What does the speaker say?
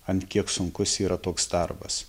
ant kiek sunkus yra toks darbas